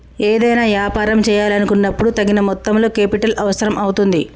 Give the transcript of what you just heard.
ఏదైనా యాపారం చేయాలనుకున్నపుడు తగిన మొత్తంలో కేపిటల్ అవసరం అవుతుంది